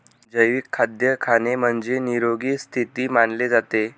जैविक खाद्य खाणे म्हणजे, निरोगी स्थिती मानले जाते